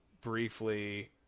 briefly